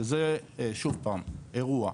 שזה שוב פעם אירוע,